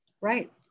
Right